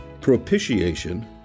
propitiation